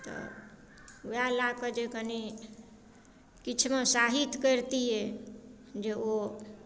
तऽ उएह लए कऽ जे कनी किछुमे साहीत करितियै जे ओ